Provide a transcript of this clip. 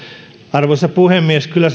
arvoisa puhemies kyllä